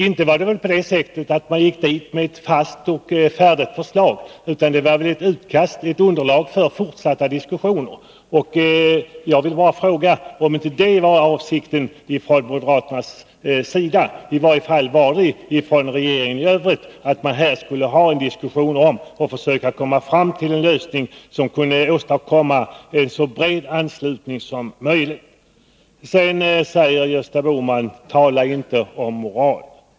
Inte var det väl på det sättet att man gick dit med ett fast och färdigt förslag, utan det var väl ett underlag för fortsatta diskussioner. Jag vill bara fråga om det inte var avsikten från moderaternas sida. I varje fall var avsikten från regeringspartierna i övrigt, att man skulle ha en diskussion och försöka komma fram till en lösning som kunde nå en så bred anslutning som möjligt. Sedan säger Gösta Bohman: Tala inte om moral!